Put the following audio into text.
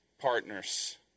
Partners